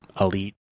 elite